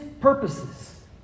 purposes